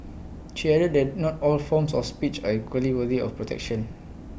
she added that not all forms of speech are equally worthy of protection